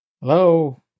Hello